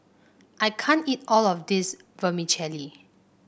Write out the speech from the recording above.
I can't eat all of this Vermicelli